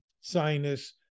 sinus